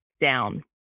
down